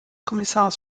kommissars